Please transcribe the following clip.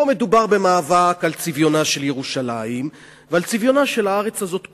פה מדובר במאבק על צביונה של ירושלים ועל צביונה של הארץ הזאת כולה.